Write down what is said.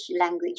language